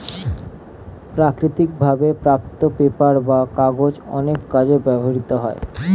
প্রাকৃতিক ভাবে প্রাপ্ত পেপার বা কাগজ অনেক কাজে ব্যবহৃত হয়